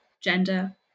Gender